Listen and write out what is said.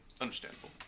Understandable